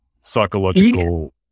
psychological